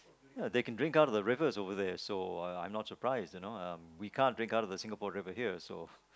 ya they can drink out of the river over there so I'm not surprised you know um we can't drink out of the Singapore River here so